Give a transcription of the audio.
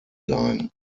sein